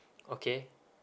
okay